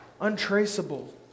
Untraceable